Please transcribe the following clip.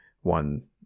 one